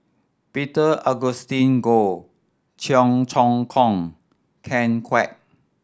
Peter Augustine Goh Cheong Choong Kong Ken Kwek